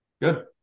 good